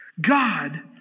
God